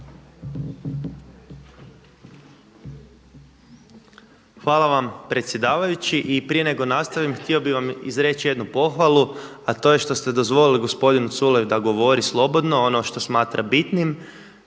Hvala vam predsjedavajući. I prije nego nastavim htio bih vam reći jednu pohvalu, a to je što ste dozvolili gospodinu Culeju da govori slobodno ono što smatra bitnim